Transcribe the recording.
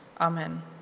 Amen